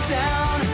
down